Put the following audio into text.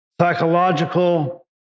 psychological